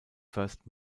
first